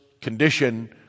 condition